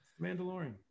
mandalorian